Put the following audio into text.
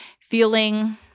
feeling